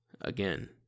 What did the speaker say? Again